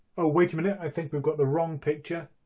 oh, wait a minute, i think we've got the wrong picture.